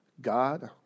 God